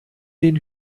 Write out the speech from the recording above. den